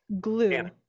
Glue